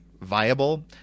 viable